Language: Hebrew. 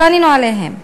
וענינו עליהן.